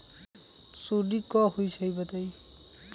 सुडी क होई छई बताई?